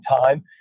time